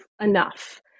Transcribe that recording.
enough